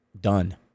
Done